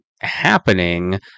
happening